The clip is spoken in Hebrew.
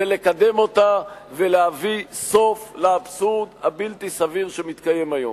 ולקדם אותה ולהביא סוף לאבסורד הבלתי-סביר שמתקיים היום.